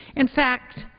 in fact,